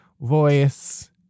voice